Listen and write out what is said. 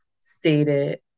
stated